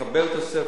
נקבל תוספת.